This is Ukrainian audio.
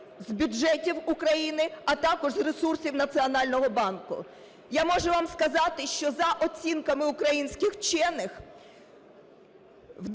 з бюджетів України, а також з ресурсів Національного банку. Я можу вам сказати, що за оцінками українських вчених